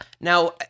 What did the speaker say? Now